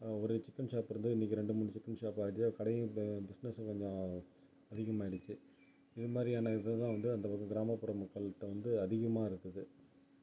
ஒரு chicken shop இருந்தது இன்றைக்கி ரெண்டு மூணு சிக்கன் ஷாப் ஆகிடுச்சு கடையும் பிசினஸ் கொஞ்சம் அதிகமாகிடுச்சு இது மாதிரியான இதைத் தான் வந்து அந்தப் பக்கம் கிராமப்புற மக்கள்கிட்ட வந்து அதிகமாக இருக்குது